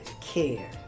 care